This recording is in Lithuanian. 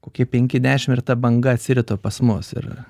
kokie penki dešimt ir ta banga atsirito pas mus ir